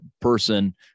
person